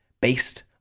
based